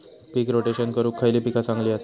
पीक rotation करूक खयली पीका चांगली हत?